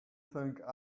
think